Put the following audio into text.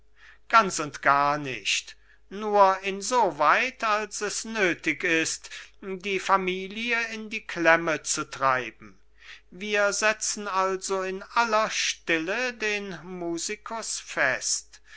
ganz und gar nicht nur in so weit als es nöthig ist die familie in die klemme zu treiben wir setzen also in aller stille den musikus fest die